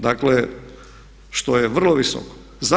Dakle što je vrlo visoko.